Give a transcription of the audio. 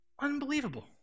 Unbelievable